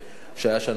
בשנה הקודמת.